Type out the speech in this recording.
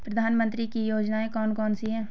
प्रधानमंत्री की योजनाएं कौन कौन सी हैं?